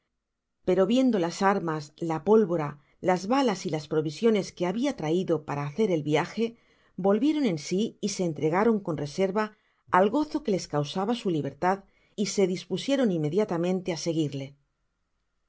pero viendo las armas la pólvora las balas y las provisiones que habia traido para hacer el viaje volvieron en si y se entregaron con reserva al gozo que les causaba su libertad y se dispusieron inmediatamente á seguirle